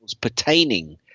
pertaining